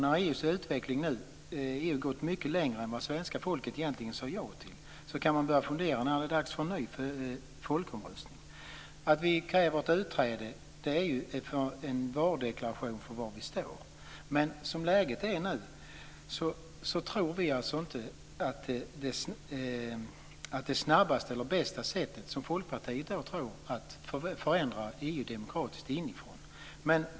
När utvecklingen i EU nu har gått längre än vad svenska folket sade ja till, går det att fundera över när det är dags för en ny folkomröstning. Att vi kräver utträde är en varudeklaration för var vi står. Men som läget är nu, tror vi inte att det snabbaste eller bästa sättet - som Folkpartiet tror - är att förändra EU demokratiskt inifrån.